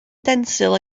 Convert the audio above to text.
denzil